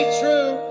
true